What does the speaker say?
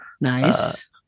Nice